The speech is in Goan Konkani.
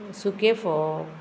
सुके फोव